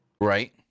Right